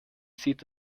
sieht